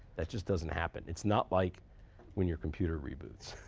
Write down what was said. that just doesn't happen. it's not like when your computer reboots.